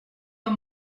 pas